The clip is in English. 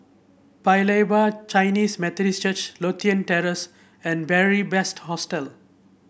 Paya Lebar Chinese Methodist Church Lothian Terrace and Beary Best Hostel